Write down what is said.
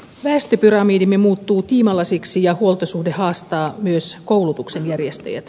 väestöpyramidimme muuttuu tiimalasiksi ja huoltosuhde haastaa myös koulutuksen järjestäjät